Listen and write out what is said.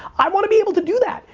i want to be able to do that!